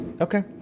Okay